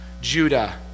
Judah